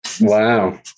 Wow